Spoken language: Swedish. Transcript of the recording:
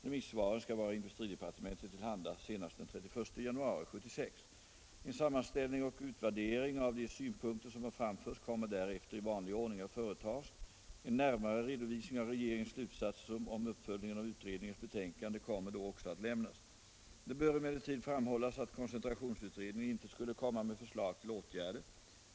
Remissvaren skall vara industridepartementet till handa senast den 31 januari 1976. En sammanställning och utvärdering av de synpunkter som har framförts kommer därefter i vanlig ordning att företas. En närmare redovisning av regeringens slutsatser om uppföljningen av utredningens betänkande kommer då också att lämnas. Det bör emellertid framhållas att koncentrationsutredningen inte skulle komma med förslag till åtgärder.